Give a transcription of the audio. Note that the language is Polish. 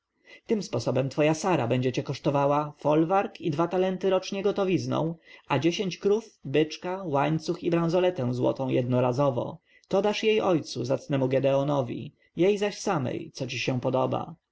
tym sposobem twoja sara będzie cię kosztowała folwark i dwa talenty rocznie gotowizną a dziesięć krów byczka łańcuch i branzoletę złotą jednorazowo to dasz jej ojcu zacnemu gedeonowi jej zaś samej co ci się podoba